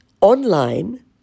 Online